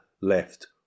left